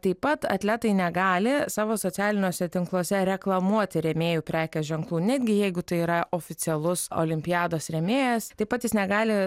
taip pat atletai negali savo socialiniuose tinkluose reklamuoti rėmėjų prekės ženklų netgi jeigu tai yra oficialus olimpiados rėmėjas taip pat jis negali